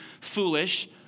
foolish